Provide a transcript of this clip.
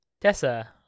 Tessa